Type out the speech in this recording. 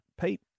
Pete